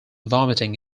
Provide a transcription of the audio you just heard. vomiting